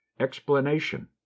Explanation